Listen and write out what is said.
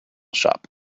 shop